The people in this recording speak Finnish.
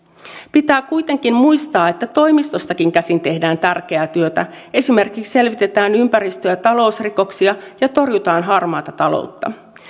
pitää kuitenkin muistaa että toimistostakin käsin tehdään tärkeää työtä esimerkiksi selvitetään ympäristö ja talousrikoksia ja torjutaan harmaata taloutta